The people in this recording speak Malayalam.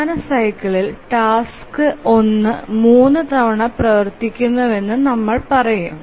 പ്രധാന സൈക്കിളിൽ ടാസ്ക് ഒന്നു 3 തവണ പ്രവർത്തിക്കുന്നുവെന്ന് നമുക്ക് പറയാം